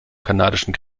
kanadischen